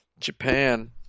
Japan